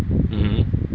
mmhmm